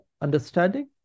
understanding